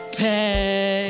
pay